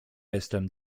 jestem